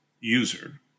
user